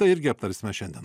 tai irgi aptarsime šiandien